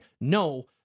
No